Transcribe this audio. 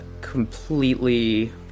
completely